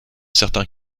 certains